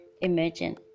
imagine